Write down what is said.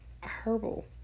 herbal